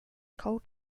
coal